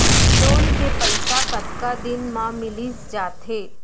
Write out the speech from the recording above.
Loan के पइसा कतका दिन मा मिलिस जाथे?